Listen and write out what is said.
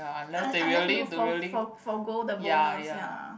un~ unless you for for forgo the bonus ya